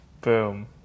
Boom